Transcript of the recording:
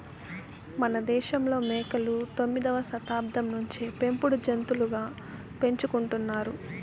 మనదేశంలో మేకలు తొమ్మిదవ శతాబ్దం నుంచే పెంపుడు జంతులుగా పెంచుకుంటున్నారు